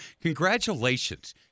Congratulations